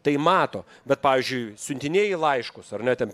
tai mato bet pavyzdžiui siuntinėji laiškus ar ne ten